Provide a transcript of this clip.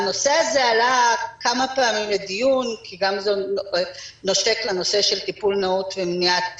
הנושא הזה עלה כמה פעמים לדיון כי זה נושק לנושא של טיפול נאות ומניעת